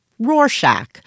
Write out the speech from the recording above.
Rorschach